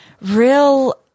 real